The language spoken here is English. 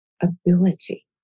Ability